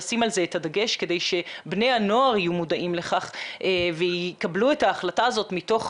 לשים את הדגש כדי שבני הנוער יהיו מודעים לכך ויקבלו את ההחלטה הזאת מתוך